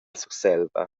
surselva